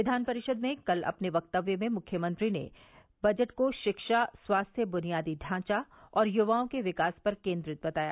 विघान परिषद में कल अपने वक्तव्य में मुख्यमंत्री ने बजट को शिक्षा स्वास्थ्य बुनियादी ढांचा और युवाओं के विकास पर केन्द्रित बताया